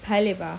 paya lebar